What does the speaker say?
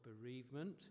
bereavement